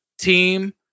team